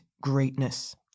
greatness